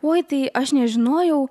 oi tai aš nežinojau